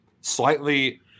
slightly